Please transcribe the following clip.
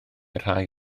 rhai